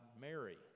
Mary